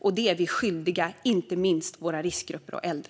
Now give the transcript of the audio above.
Detta är vi skyldiga inte minst våra riskgrupper och äldre.